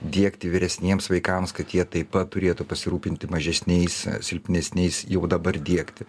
diegti vyresniems vaikams kad jie taip pat turėtų pasirūpinti mažesniais silpnesniais jau dabar diegti